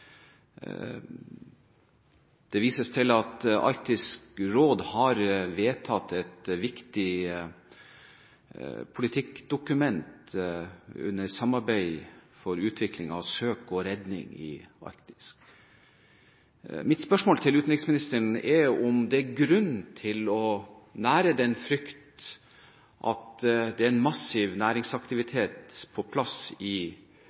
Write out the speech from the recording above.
Det vises til at Arktisk råd har vedtatt et viktig politikkdokument under samarbeid for utvikling av en søk- og redningstjeneste i Arktis. Mitt spørsmål til utenriksministeren blir: Er det grunn til å nære den frykt at en massiv næringsaktivitet er på plass i